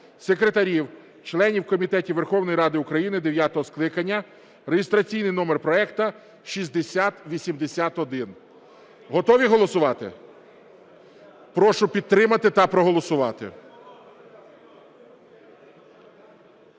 секретарів, членів комітетів Верховної Ради України дев'ятого скликання" (реєстраційний номер проекту 6081). Готові голосувати? Прошу підтримати та проголосувати.